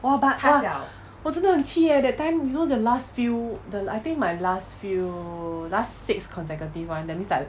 orh but !wah! 我真的很气 eh that time you know the last few the I think my last few last six consecutive one that means like